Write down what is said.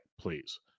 please